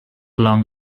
long